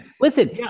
Listen